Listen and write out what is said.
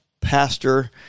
pastor